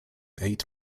eight